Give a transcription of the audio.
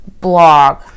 blog